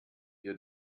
ihr